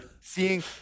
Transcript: seeing